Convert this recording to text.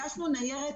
הגשנו ניירת,